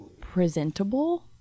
presentable